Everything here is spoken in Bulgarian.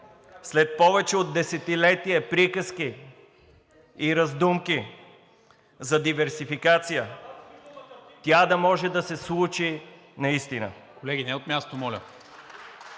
след повече от десетилетие приказки и раздумки за диверсификация, тя да може да се случи наистина.